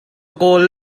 kawl